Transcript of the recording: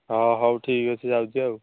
ହଁ ହଉ ଠିକ୍ ଅଛି ଯାଉଛି ଆଉ